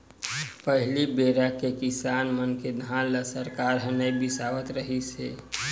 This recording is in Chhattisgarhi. पहली बेरा के किसान मन के धान ल सरकार ह नइ बिसावत रिहिस हे